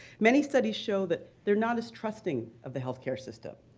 many studies show that they're not as trusting of the health care system,